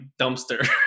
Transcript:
dumpster